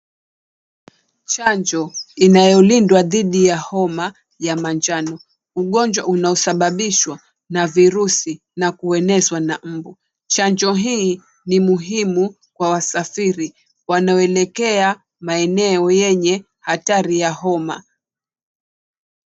Chanjo inayolindwa dhidi ya homa ya manjano, ugonjwa unasababishwa na virusi na kuenezwa na mbu. Chanjo hii ni muhimu kwa wasafiri wanaoelekea maeneo yenye hatari ya homa.